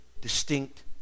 distinct